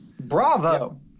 Bravo